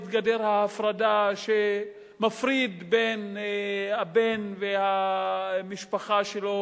את גדר ההפרדה שמפרידה בין הבן ובין המשפחה שלו,